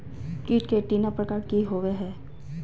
कीट के एंटीना प्रकार कि होवय हैय?